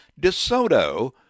DeSoto